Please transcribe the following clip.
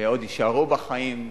ועוד יישארו בחיים,